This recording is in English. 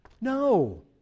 No